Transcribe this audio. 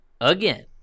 again